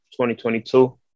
2022